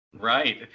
Right